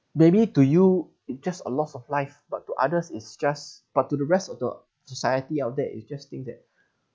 maybe to you it just a loss of life but to others it's just but to the rest of the society out there it just think that